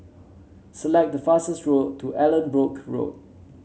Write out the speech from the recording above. select the fastest road to Allanbrooke Road